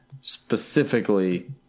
Specifically